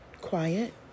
Quiet